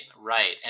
right